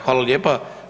Hvala lijepa.